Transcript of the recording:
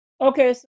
Okay